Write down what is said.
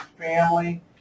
family